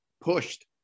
pushed